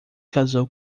casou